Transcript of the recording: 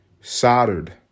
soldered